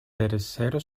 tercero